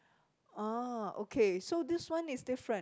ah okay so this one is different